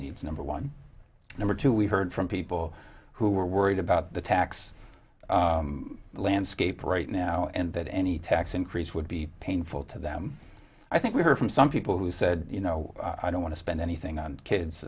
needs number one number two we've heard from people who are worried about the tax landscape right now and that any tax increase would be painful to them i think we heard from some people who said you know i don't want to spend anything on